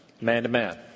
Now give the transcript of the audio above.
man-to-man